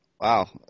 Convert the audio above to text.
wow